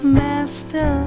master